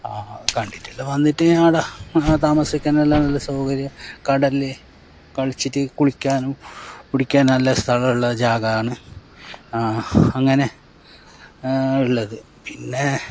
ആ കണ്ടിട്ടെല്ലാം വന്നിട്ട് ആട താമസിക്കാനെല്ലാം നല്ല സൗകര്യ കടൽ കളിച്ചിട്ടു കുളിക്കാനും കുടിക്കാനും എല്ലാ നല്ല സ്ഥലമുള്ള ജാഗയാണ് അങ്ങനെ ഉളളതു പിന്നെ